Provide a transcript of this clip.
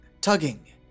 tugging